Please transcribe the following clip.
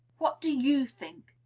what do you think?